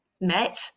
met